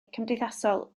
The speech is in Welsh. cymdeithasol